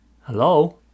Hello